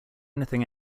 anything